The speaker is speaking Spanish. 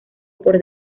por